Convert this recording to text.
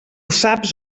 saps